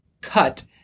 cut